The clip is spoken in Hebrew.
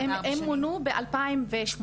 הם מונו ב-2018.